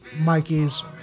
Mikey's